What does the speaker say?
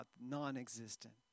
non-existent